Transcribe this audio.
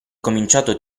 cominciato